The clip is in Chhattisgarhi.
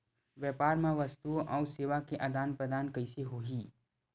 व्यापार मा वस्तुओ अउ सेवा के आदान प्रदान कइसे होही?